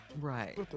Right